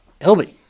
Elby